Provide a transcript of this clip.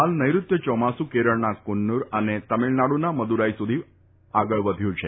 ફાલ નૈઋત્યુ ચોમાસુ કેરળના કન્નુર તથા તમીળનાડુના મદુરાઈ સુધી આગળ વધ્યું છે